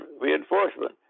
reinforcement